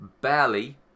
Barely